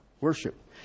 worship